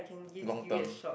long term